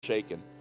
Shaken